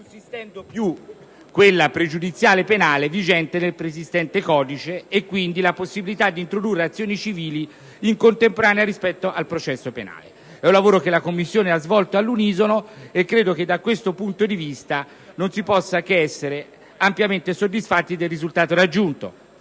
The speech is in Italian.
sussistendo più quella pregiudiziale penale vigente nel preesistente codice e quindi la possibilità di introdurre azioni civili in contemporanea rispetto al processo penale. È un lavoro che la Commissione ha svolto all'unisono e credo che, da questo punto di vista, non si possa che essere ampiamente soddisfatti del risultato raggiunto.